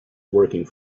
working